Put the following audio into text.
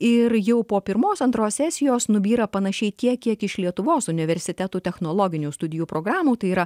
ir jau po pirmos antros sesijos nubyra panašiai tiek kiek iš lietuvos universitetų technologinių studijų programų tai yra